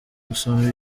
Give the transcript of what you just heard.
gusoma